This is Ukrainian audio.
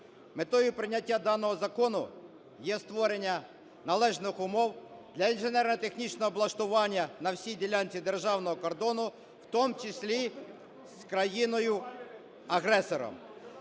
Метою прийняття даного закону є створення належних умов для інженерно-технічного облаштування на всій ділянці державного кордону, в тому числі з країною-агресором.